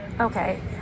Okay